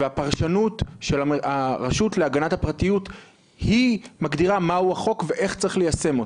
והפרשנות של הרשות להגנת הפרטיות מגדירה מהו החוק ואיך צריך ליישם אותו.